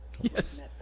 Yes